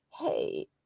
Hey